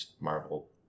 Marvel